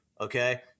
okay